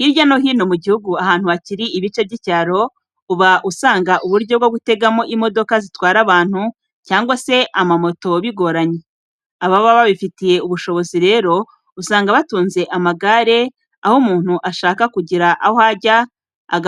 Hirya no hino mu gihugu ahantu hakiri ibice by'icyaro uba usanga uburyo bwo gutegamo imodoka zitwara abantu cyangwa se amamoto bigoranye, ababa babifitiye ubushobozi rero usanga batunze amagare aho umuntu ashaka kugira aho ajya